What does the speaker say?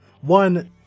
one